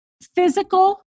physical